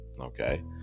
okay